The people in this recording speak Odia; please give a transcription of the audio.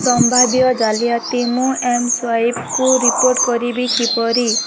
ସମ୍ଭାବ୍ୟ ଜାଲିଆତି ମୁଁ ଏମ୍ସ୍ୱାଇପ୍କୁ ରିପୋର୍ଟ କରିବି କିପରି